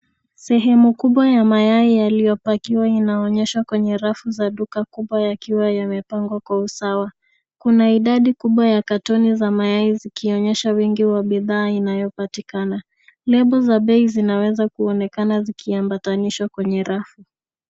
Sehemu kubwa ya mayai yaliyopakiwa inaonyesha kwenye rafu za duka kubwa yakiwa yamepangwa kwa usawa. Kuna idadi kubwa ya katoni za mayai zikionyesha wingi wa bidhaa inayopatikana. Lebo za bei zinaweza kuonekana zikiambatanishwa kwenye rafu.